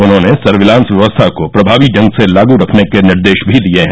उन्होंने सर्विलान्स व्यवस्था को प्रमावी ढंग से लागू रखने के निर्देश भी दिये हैं